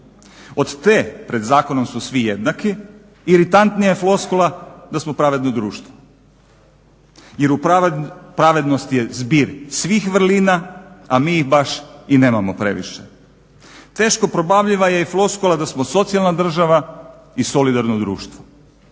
Od te, pred zakonom su svi jednaki iritantnija je floskula da smo pravedno društvo. Jer u pravednosti je zbir svih vrlina, a mi ih baš i nemamo previše. Teško probavljiva je i floskula da smo socijalna država i solidarno društvo.